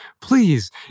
please